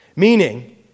Meaning